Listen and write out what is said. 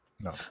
No